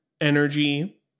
energy